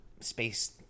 space